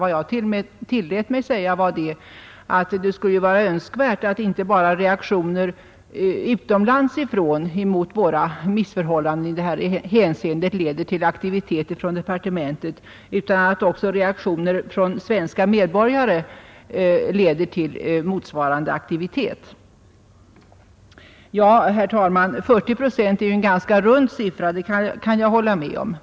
Vad jag tillät mig säga var att det skulle vara önskvärt att inte bara reaktioner från utlandet mot våra missförhållanden beträffande brottsbekämpningen leder till aktiviteter från departementet, utan att också reaktioner från svenska medborgare gör det. Ja, herr talman, att 40 procent är en ganska rund siffra kan jag hålla med om.